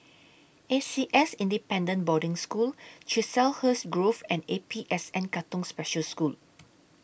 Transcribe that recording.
A C S Independent Boarding School Chiselhurst Grove and A P S N Katong Special School